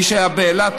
מי שהיה באילת,